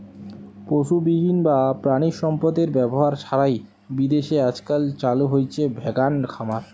পশুবিহীন বা প্রাণিসম্পদএর ব্যবহার ছাড়াই বিদেশে আজকাল চালু হইচে ভেগান খামার